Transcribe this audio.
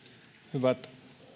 hyvät